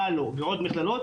מל"ו ועוד מכללות